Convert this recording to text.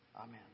Amen